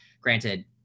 Granted